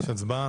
יש הצבעה,